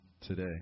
today